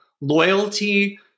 loyalty